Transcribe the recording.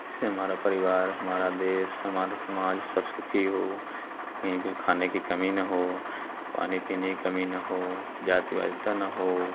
जिससे हमारा परिवार हमारा देश हमारा समाज सब सुखी हो कहीं भी खाने की कमी ना हो पानी पीने की कमी ना हो जातिवादिता ना हो